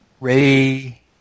Ray